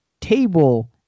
table